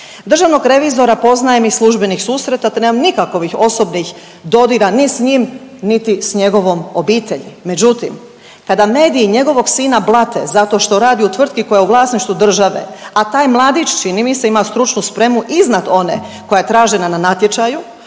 Državnog revizora poznajem iz službenih susreta, te nemam nikakovih osobnih dodira ni s njim, niti s njegovom obitelji, međutim kada mediji njegovog sina blate zato što radi u tvrtki koja je u vlasništvu države, a taj mladić čini mi se ima stručnu spremu iznad one koja je tražena na natječaju,